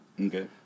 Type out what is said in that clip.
Okay